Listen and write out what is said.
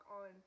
on